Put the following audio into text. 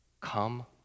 Come